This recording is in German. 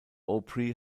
opry